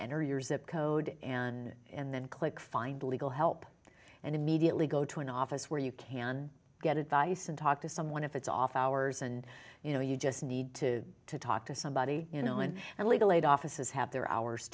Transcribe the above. enter your zip code and then click find legal help and immediately go to an office where you can get advice and talk to someone if it's off hours and you know you just need to talk to somebody you know and and legal aid offices have their hours